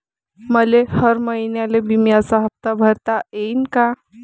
मले हर महिन्याले बिम्याचा हप्ता भरता येईन का?